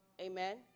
Amen